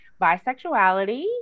bisexuality